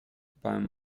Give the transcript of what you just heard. beim